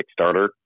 Kickstarter